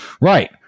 Right